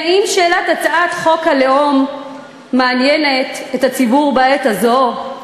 היא: האם שאלת הצעת חוק הלאום מעניינת את הציבור בעת הזו?